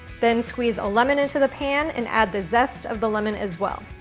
then squeeze a lemon into the pan and add the zest of the lemon as well.